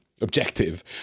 objective